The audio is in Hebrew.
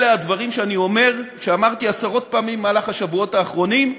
אלה הדברים שאני אומר ואמרתי עשרות פעמים בשבועות האחרונים,